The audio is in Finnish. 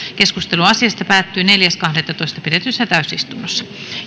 keskustelu asiasta päättyi neljäs kahdettatoista kaksituhattaseitsemäntoista pidetyssä täysistunnossa